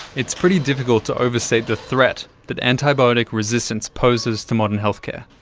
it's pretty difficult to overstate the threat that antibiotic resistance poses to modern healthcare.